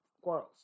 quarrels